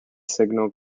signal